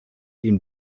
ihm